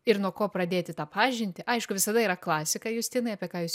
ir nuo ko pradėti tą pažintį aišku visada yra klasika justinai apie ką jūs